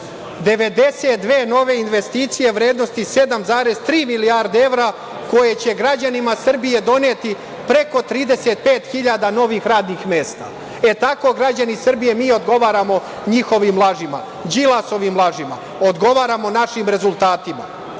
92 nove investicije u vrednosti od 7,3 milijarde evra, koje će građanima Srbije doneti preko 35.000 novih radnih mesta. E, tako, građani Srbije, mi odgovaramo njihovim lažima, Đilasovim lažima. Odgovaramo našim rezultatima. Na